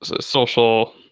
Social